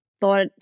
thought